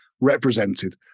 represented